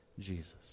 Jesus